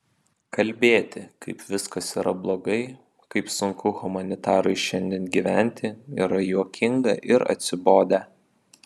kalbėti kaip viskas yra blogai kaip sunku humanitarui šiandien gyventi yra juokinga ir atsibodę